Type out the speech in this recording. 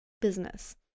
business